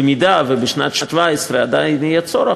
במידה שבשנת 2017 עדיין יהיה צורך,